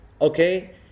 okay